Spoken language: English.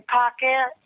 pocket